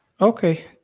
Okay